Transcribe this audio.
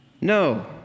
No